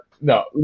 No